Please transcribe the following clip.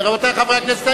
רבותי חברי הכנסת,